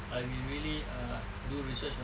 I will really ah do research on it